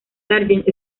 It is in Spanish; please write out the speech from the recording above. sargent